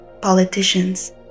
politicians